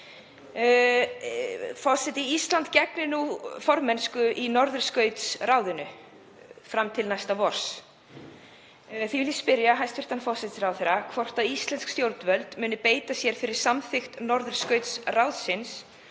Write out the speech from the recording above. sinnar. Ísland gegnir nú formennsku í Norðurskautsráðinu fram til næsta vors. Því vil ég spyrja hæstv. forsætisráðherra hvort íslensk stjórnvöld muni beita sér fyrir samþykkt Norðurskautsráðsins